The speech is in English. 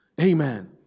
Amen